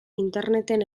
interneten